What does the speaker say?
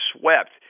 swept